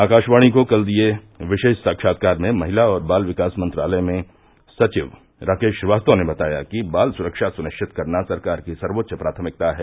आकाशवाणी को कल दिए विशेष साक्षात्कार में महिला और बाल विकास मंत्रालय में सचिव राकेश श्रीवास्तव ने बताया कि बाल सुरक्षा सुनिश्चित करना सरकार की सर्वोच्च प्राथमिकता है